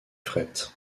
fret